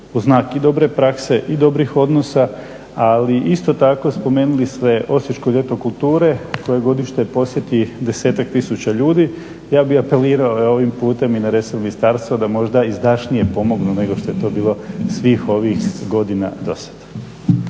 u znak i dobre prakse i dobrih odnosa. Ali isto tako spomenuli ste Osječko ljeto kulture koje godišnje posjeti desetak tisuća ljudi, ja bih apelirao i ovim putem na adresu ministarstva da možda izdašnije pomognu nego što je to bilo svih ovih godina do sada.